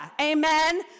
Amen